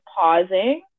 pausing